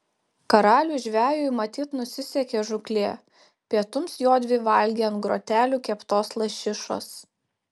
karaliui žvejui matyt nusisekė žūklė pietums jodvi valgė ant grotelių keptos lašišos